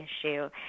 issue